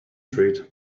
treat